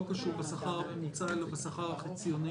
הסכום הזה לא קשור לשכר הממוצע אלא לשכר החציוני.